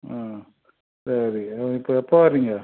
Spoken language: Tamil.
ஆ சரி இப்போ எப்போ வரீங்க